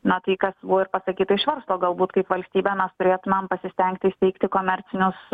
na tai kas buvo ir pasakyta iš verslo galbūt kaip valstybė mes turėtumėm pasistengti įsteigti komercinius